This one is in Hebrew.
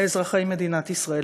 לאזרחי מדינת ישראל,